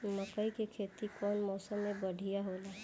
मकई के खेती कउन मौसम में बढ़िया होला?